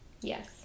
Yes